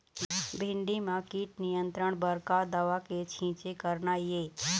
भिंडी म कीट नियंत्रण बर का दवा के छींचे करना ये?